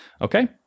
Okay